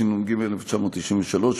התשנ"ג 1993,